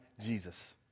Jesus